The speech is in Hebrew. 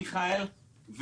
מיכאל,